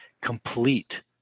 complete